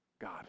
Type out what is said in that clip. God